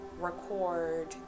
record